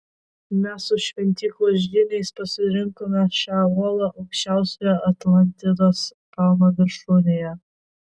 mes su šventyklos žyniais pasirinkome šią uolą aukščiausiojo atlantidos kalno viršūnėje